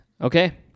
Okay